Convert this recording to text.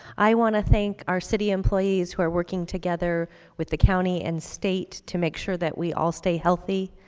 i want to thank our city employees who are working together with the county and state to make sure that we all stay healthy.